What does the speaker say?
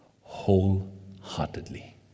wholeheartedly